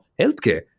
healthcare